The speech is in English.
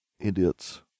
idiots